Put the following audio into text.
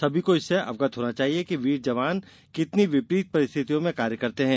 सभी को इससे अवगत होना चाहिए कि वीर जवान कितनी विपरीत परिस्थितियों में काम करते हैं